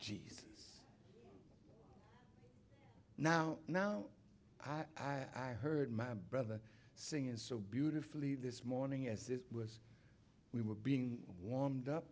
jesus now now i heard my brother sing is so beautifully this morning as it was we were being warmed up